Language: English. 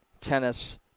tennis